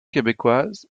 québécoise